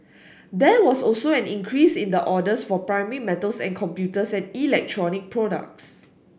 there was also an increase in orders for primary metals and computers and electronic products